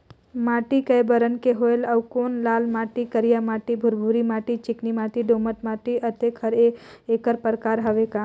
माटी कये बरन के होयल कौन अउ लाल माटी, करिया माटी, भुरभुरी माटी, चिकनी माटी, दोमट माटी, अतेक हर एकर प्रकार हवे का?